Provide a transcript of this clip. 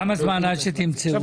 כמה זמן עד שתמצאו?